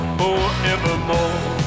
forevermore